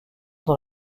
dans